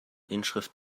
inschrift